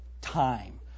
time